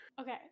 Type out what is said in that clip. Okay